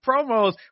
promos